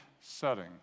setting